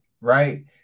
right